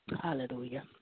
Hallelujah